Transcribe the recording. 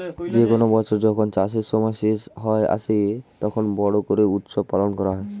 যে কোনো বছর যখন চাষের সময় শেষ হয়ে আসে, তখন বড়ো করে উৎসব পালন করা হয়